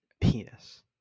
penis